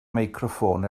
meicroffon